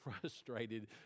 frustrated